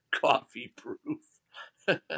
coffee-proof